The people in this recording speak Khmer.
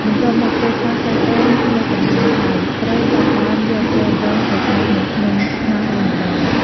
បន្ទាប់មក ពេលកោសសាច់ដូងនៅកណ្តាលហើយ ត្រូវចាប់ផ្តើមយកគែមដូងទៅកោសនឹងធ្មេញខ្នោសវិញម្តង។